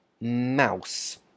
mouse